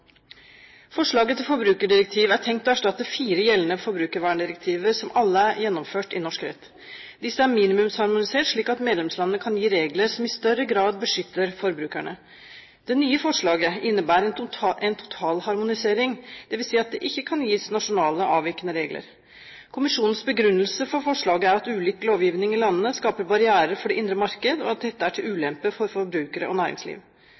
Forslaget til forbrukerrettighetsdirektiv er tenkt å erstatte fire gjeldende forbrukerverndirektiver, som alle er gjennomført i norsk rett. Disse er minimumsharmonisert slik at medlemslandene kan gi regler som i større grad beskytter forbrukerne. Det nye forslaget innebærer en totalharmonisering, dvs. at det ikke kan gis nasjonale avvikende regler. Kommisjonens begrunnelse for forslaget er at ulik lovgivning i landene skaper barrierer for det indre marked, og at dette er til ulempe for forbrukere og næringsliv.